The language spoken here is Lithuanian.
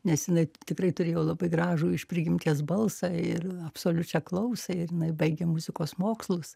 nes jinai tikrai turėjau labai gražų iš prigimties balsą ir absoliučią klausą ir jinai baigė muzikos mokslus